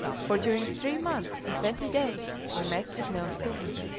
for during three months and twenty days we met with no storm.